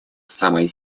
самая